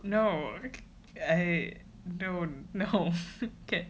no I don't know